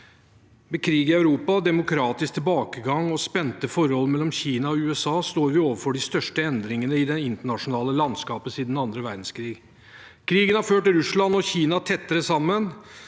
Med krig i Europa, demokratisk tilbakegang og spente forhold mellom Kina og USA står vi overfor de største endringene i det internasjonale landskapet siden annen verdenskrig. Krigen har ført Russland og Kina tettere sammen,